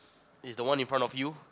is the one in front of you